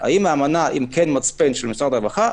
האם האמנה היא מצפן של משרד הרווחה?